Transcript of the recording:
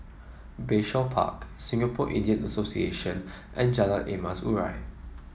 Bayshore Park Singapore Indian Association and Jalan Emas Urai